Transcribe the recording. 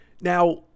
Now